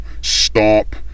stop